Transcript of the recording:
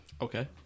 Okay